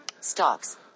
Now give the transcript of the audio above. Stocks